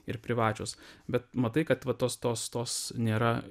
ir privačios bet matai kad vat tos tos tos nėra